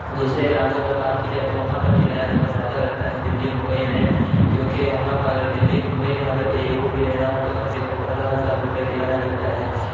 دوسرے علاقوں میں بات کی جائے تو وہاں پر کرایہ تھوڑا زیادہ لگتا ہے دلّی ممبئی میں کیونکہ وہاں پر دلّی ممبی میں اگر ایک روم بھی لینا ہوتا ہے تو کم سے کم پندرہ ہزار روپے کرایہ لگتا ہے